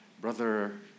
brother